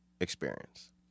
experience